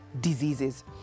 diseases